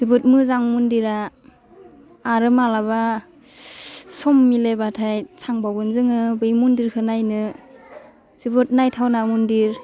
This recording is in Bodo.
जोबोद मोजां मन्दिरा आरो मालाबा सम मिलायबाथाइ थांबावगोन जोङो बै मन्दिरखौ नायनो जोबोद नायथावना मन्दिर